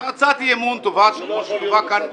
הצעת אי אמון טובה, שכתובה כאן.